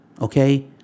Okay